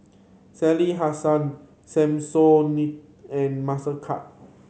Sally Hansen Samsonite and Mastercard